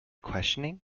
questioning